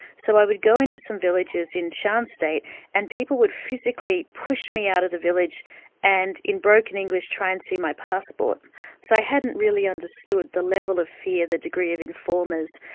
so i would go into some villages in shan state and people would physically push me out of the village and in broken english try and see my passport. so i hadn't really understood the level of fear, the degree of informers,